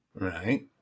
Right